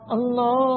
Allah